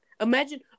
Imagine